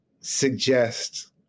suggest